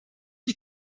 die